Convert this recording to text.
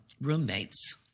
roommates